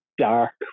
dark